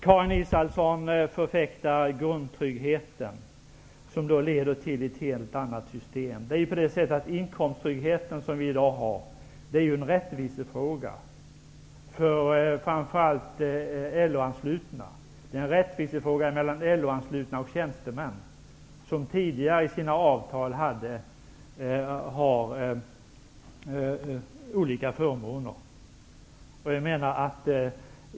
Karin Israelsson förfäktar grundtryggheten som leder till ett helt annat system. Den inkomsttrygghet som vi har i dag är en rättvisefråga framför allt för LO-anslutna. Det är en rättvisefråga mellan LO-anslutna och tjänstemän. Tjänstemännen hade tidigare olika förmåner i sina avtal.